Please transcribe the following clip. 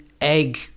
egg